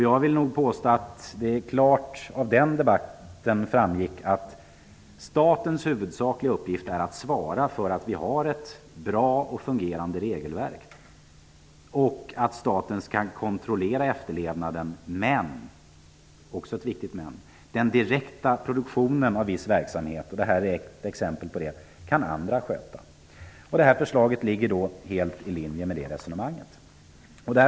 Jag vill nog påstå att det klart framgick av debatten att statens huvudsakliga uppgift är att svara för att vi har ett bra och fungerande regelverk och att staten skall kontrollera efterlevnaden. Men -- det är också ett viktigt ''men'' -- den direkta produktionen av viss verksamhet, vilket detta är ett exempel på, kan andra sköta. Detta förslag ligger helt i linje med det resonemanget.